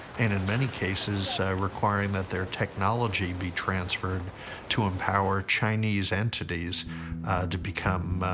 and in many cases, requiring that their technology be transferred to empower chinese entities to become,